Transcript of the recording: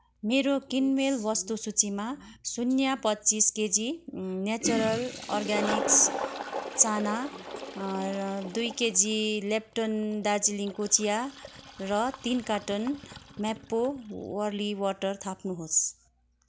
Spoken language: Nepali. मेरो किनमेल वस्तु सूचीमा शून्य पच्चिस केजी नेचरल अर्ग्यानिक्स चना दुई केजी लिप्टोन दार्जिलिङको चिया र तिन कार्टन म्याप्रो बार्ली वाटर थाप्नुहोस्